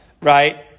right